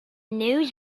news